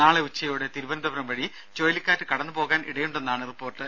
നാളെ ഉച്ചയോടെ തിരുവനന്തപുരം വഴി ചുഴലിക്കാറ്റ് കടന്നുപോകാൻ ഇടയുണ്ടെന്നാണ് റിപ്പോർട്ട്